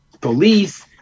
police